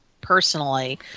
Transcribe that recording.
personally